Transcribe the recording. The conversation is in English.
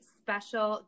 special